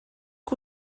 que